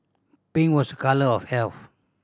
pink was a colour of health